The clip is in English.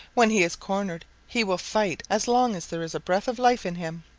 when he is cornered he will fight as long as there is a breath of life in him.